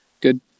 Good